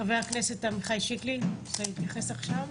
חבר הכנסת עמיחי שיקלי רוצה להתייחס עכשיו?